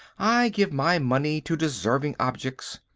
i give my money to deserving objects.